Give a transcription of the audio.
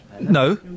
No